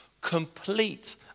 complete